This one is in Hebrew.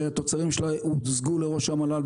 שהתוצרים שלה הוצגו לראש המל"ל,